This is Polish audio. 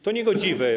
To niegodziwe.